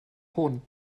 hohn